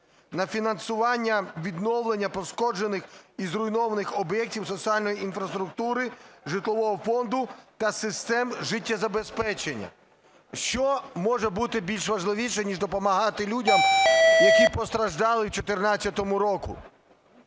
на фінансування відновлення пошкоджених і зруйнованих об'єктів соціальної інфраструктури житлового фонду та систем життєзабезпечення. Що може бути більш важливіше ніж допомагати людям, які постраждали у 2014 році?